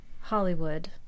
Hollywood